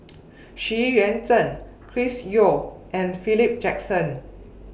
Xu Yuan Zhen Chris Yeo and Philip Jackson